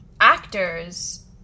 actors